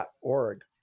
org